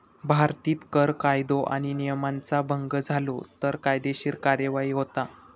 भारतीत कर कायदो आणि नियमांचा भंग झालो तर कायदेशीर कार्यवाही होता